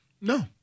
No